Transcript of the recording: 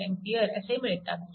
8A असे मिळतात